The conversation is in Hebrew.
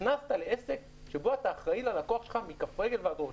נכנסת לעסק שבו אתה אחראי ללקוח שלך מכף רגל ועד ראש.